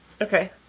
Okay